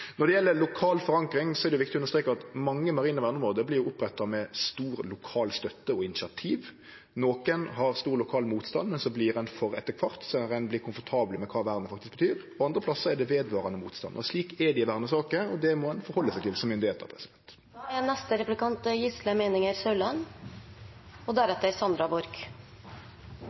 Når det gjeld lokal forankring, er det viktig å streke under at mange marine verneområde vert oppretta med stor lokal støtte og initiativ. Nokre har stor lokal motstand, men så vert ein for etter kvart når ein vert komfortable med kva vernet faktisk betyr. Andre plassar er det vedvarande motstand. Men slik er det i vernesaker, og det må ein halde seg til som myndigheiter. Statsråden sa i innlegget sitt at Stortinget hadde bedt om denne meldingen, og